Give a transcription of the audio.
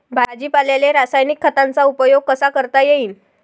भाजीपाल्याले रासायनिक खतांचा उपयोग कसा करता येईन?